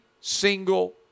single